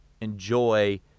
enjoy